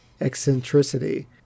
eccentricity